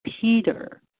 Peter